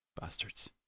Bastards